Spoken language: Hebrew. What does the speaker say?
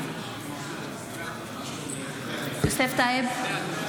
בעד יוסף טייב,